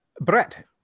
Brett